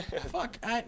fuck